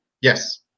Yes